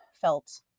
felt